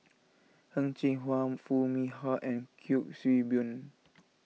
Heng Cheng Hwa Foo Mee Har and Kuik Swee Boon